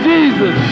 Jesus